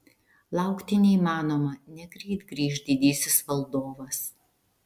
laukti neįmanoma negreit grįš didysis valdovas